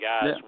guys